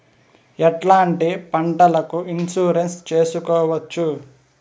ఎట్లాంటి పంటలకు ఇన్సూరెన్సు చేసుకోవచ్చు?